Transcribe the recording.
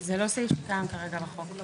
זה לא סעיף שקיים כרגע בחוק.